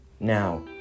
Now